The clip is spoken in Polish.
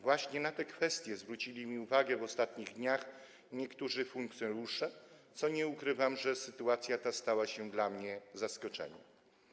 Właśnie na tę kwestię zwrócili mi uwagę w ostatnich dniach niektórzy funkcjonariusze - nie ukrywam, że sytuacja ta stała się dla mnie zaskoczeniem.